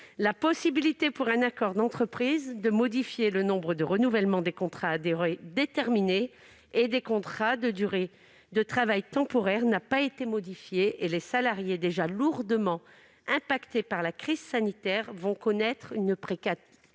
La possibilité pour un accord d'entreprise de modifier le nombre de renouvellements des contrats à durée déterminée et des contrats de durée de travail temporaire n'a pas été modifiée et les salariés déjà lourdement affectés par la crise sanitaire vont connaître une précarité